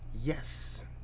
yes